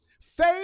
faith